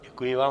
Děkuji vám.